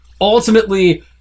ultimately